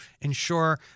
ensure